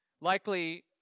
likely